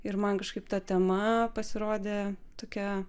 ir man kažkaip ta tema pasirodė tokia